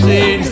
See